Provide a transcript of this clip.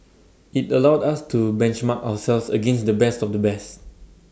IT allowed us to benchmark ourselves against the best of the best